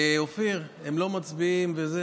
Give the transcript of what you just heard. הגיעו להסכמה מאוד גדולה בבית הזה,